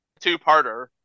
two-parter